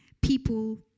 people